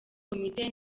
komite